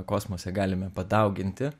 kosmose galime padauginti